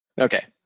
Okay